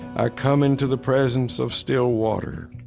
i come into the presence of still water